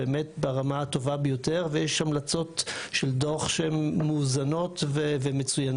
באמת ברמה הטובה ביותר ויש המלצות של דוח שהן מאוזנות ומצוינות,